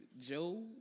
Joe